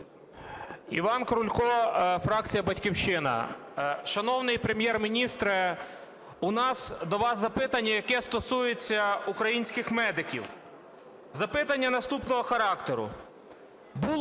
Іван Крулько, фракція "Батьківщина". Шановний Прем'єр-міністре, у нас до вас запитання, яке стосується українських медиків. Запитання наступного характеру.